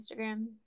Instagram